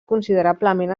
considerablement